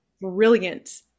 brilliant